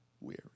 weary